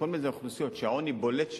כל מיני אוכלוסיות שהעוני בולט שם.